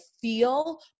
feel